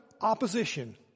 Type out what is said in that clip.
opposition